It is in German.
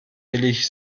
billig